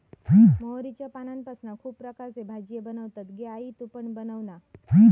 मोहरीच्या पानांपासना खुप प्रकारचे भाजीये बनतत गे आई तु पण बनवना